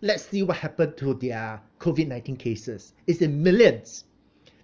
let's see what happened to their COVID nineteen cases is in millions